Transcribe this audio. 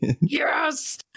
yes